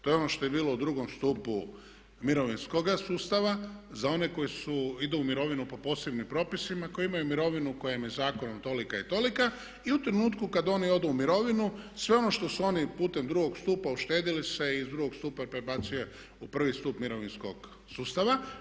To je ono što je bilo u drugom stupu mirovinskoga sustava za one koji idu u mirovinu po posebnim propisima, koji imaju mirovinu koja im je zakonom tolika i tolika i u tu trenutku kad oni odu u mirovinu, sve ono što su oni putem drugog stupa uštedili se iz drugog stupa se prebacuje u prvi stup mirovinskog sustava.